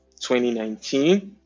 2019